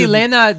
Lena